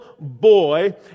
boy